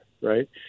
right